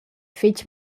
fetg